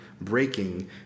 breaking